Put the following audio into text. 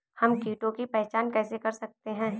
हम कीटों की पहचान कैसे कर सकते हैं?